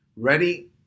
ready